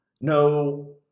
no